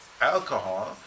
alcohol